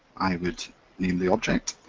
i would name the object,